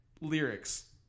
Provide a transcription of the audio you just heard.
lyrics